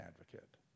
advocate